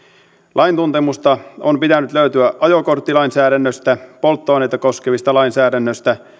lain tuntemusta on pitänyt löytyä ajokorttilainsäädännöstä polttoaineita koskevasta lainsäädännöstä